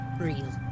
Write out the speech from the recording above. real